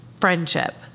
friendship